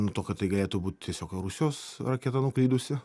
nuo to kad tai galėtų būt tiesiog rusijos raketa nuklydusi